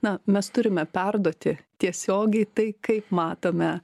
na mes turime perduoti tiesiogiai tai kaip matome